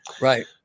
Right